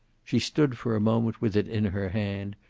she stood for a moment with it in her hand,